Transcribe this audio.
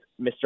Mr